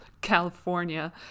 California